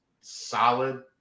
Solid